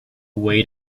wait